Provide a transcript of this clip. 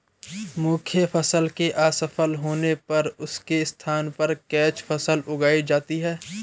मुख्य फसल के असफल होने पर उसके स्थान पर कैच फसल उगाई जाती है